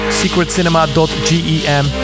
secretcinema.gem